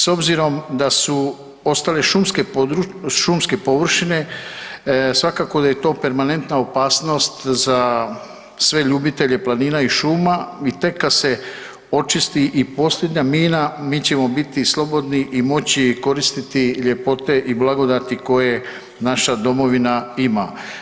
S obzirom da su ostale šumske površine svakako da je to permanentna opasnost za sve ljubitelje planina i šuma i tek kad se očisti i posljednja mina mi ćemo biti slobodni i moći koristiti ljepote i blagodati koje naša Domovina ima.